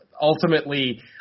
Ultimately